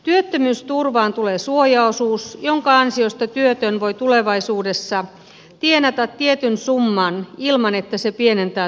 työttömyysturvaan tulee suojaosuus jonka ansiosta työtön voi tulevaisuudessa tienata tietyn summan ilman että se pienentää turvaa